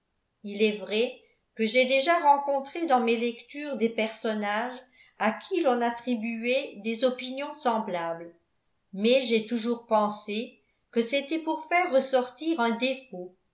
il est vrai que j'ai déjà rencontré dans mes lectures des personnages à qui l'on attribuait des opinions semblables mais j'ai toujours pensé que c'était pour faire ressortir un défaut